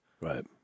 Right